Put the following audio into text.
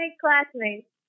classmates